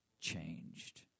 changed